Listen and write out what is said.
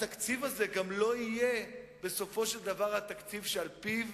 התקציב הזה לא יהיה בסופו של דבר התקציב שעל-פיו